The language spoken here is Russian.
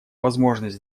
возможность